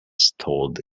stalled